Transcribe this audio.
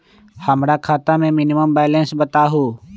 हमरा खाता में मिनिमम बैलेंस बताहु?